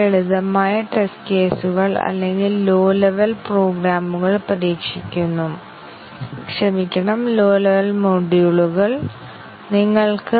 ഞങ്ങളുടെ ടെസ്റ്റ് കേസുകൾ വർദ്ധിപ്പിക്കേണ്ടതുണ്ട് ഞങ്ങൾ അവതരിപ്പിച്ച ബഗ് പിടിക്കപ്പെടുന്നതുവരെ അധിക ടെസ്റ്റ് കേസുകൾ ചേർക്കണം